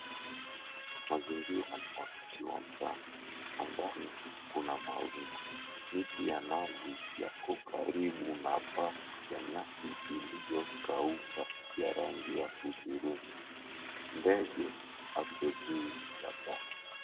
Mazingira ni wakati wa mchana, angani, kuna mawingu miti ya nazi yako karibu na paa ya nyasi ilio kawuka ya rangi ya hudhurungi. Ndege, ako juu ya paa.